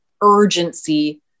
urgency